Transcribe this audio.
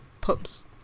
pups